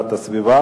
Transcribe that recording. לביצוע